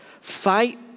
Fight